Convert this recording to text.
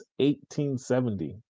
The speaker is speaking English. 1870